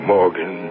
Morgan